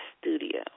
studio